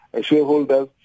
shareholders